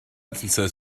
sentences